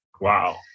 Wow